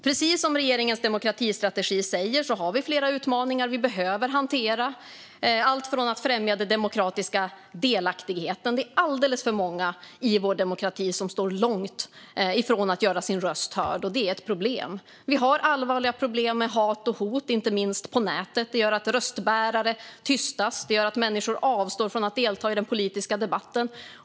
Precis som regeringens demokratistrategi säger har vi flera utmaningar vi behöver hantera, inte minst att främja den demokratiska delaktigheten. Det är alldeles för många i vår demokrati som står långt ifrån att göra sin röst hörd, och det är ett problem. Vi har allvarliga problem med hat och hot, inte minst på nätet. Det gör att röstbärare tystas. Det gör att människor avstår från att delta i den politiska debatten.